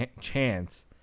chance